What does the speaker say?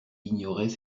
ignorait